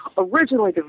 originally